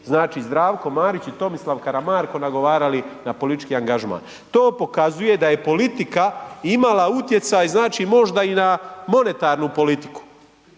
Kujundžić, Zdravko Marić, Tomislav Karamarko na politički angažman. To pokazuje da je politika imala utjecaj možda i na monetarnu politiku,